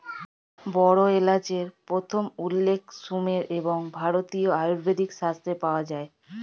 বড় এলাচের প্রথম উল্লেখ সুমের এবং ভারতীয় আয়ুর্বেদিক শাস্ত্রে পাওয়া যায়